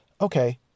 okay